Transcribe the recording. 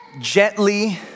gently